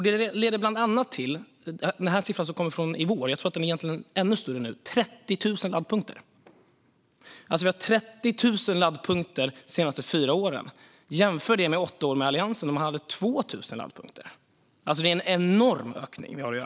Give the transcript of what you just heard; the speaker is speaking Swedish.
Under de senaste fyra åren har Sverige fått minst 30 000 laddpunkter - att jämföra med 2 000 laddpunkter under Alliansens åtta år. Det är en enorm ökning.